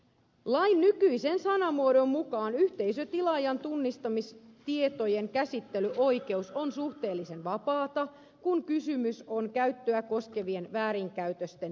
lain nykyisen sanamuodon mukaan yhteisötilaajan tunnistamistietojen käsittelyoikeus on suhteellisen vapaata kun kysymys on käyttöä koskevien väärinkäytösten selvittämisestä